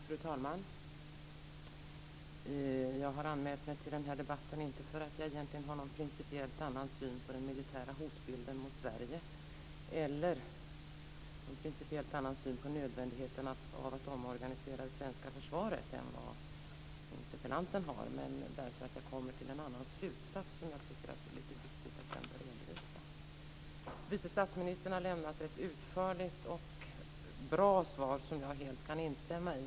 Fru talman! Jag har anmält mig till den här debatten inte för att jag egentligen har någon principiellt annan syn på den militära hotbilden i fråga om Sverige eller någon principiellt annan syn på nödvändigheten av att omorganisera det svenska försvaret än vad interpellanten har. Men jag kommer till en annan slutsats som jag tycker att det är viktigt att ändå redovisa. Vice statsministern har lämnat ett utförligt och bra svar som jag helt kan instämma i.